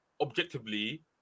objectively